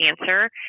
answer